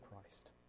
Christ